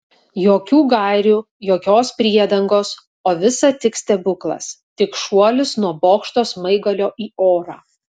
jokių gairių jokios priedangos o visa tik stebuklas tik šuolis nuo bokšto smaigalio į orą